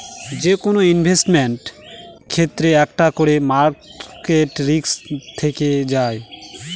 যেকোনো ইনভেস্টমেন্টের ক্ষেত্রে একটা করে মার্কেট রিস্ক থেকে যায়